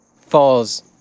falls